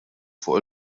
fuq